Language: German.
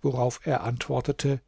worauf er antwortete